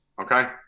Okay